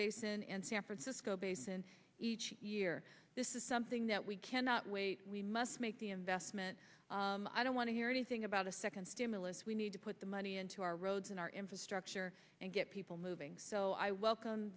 basin and san francisco basin each year this is something that we cannot wait we must make the investment i don't want to hear anything about a second stimulus we need to put the money into our roads and our infrastructure and get people moving so i w